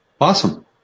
Awesome